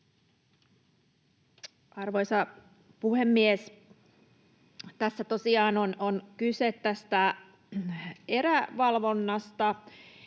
Arvoisa puhemies! Tässä tosiaan on kyse tästä erävalvonnasta.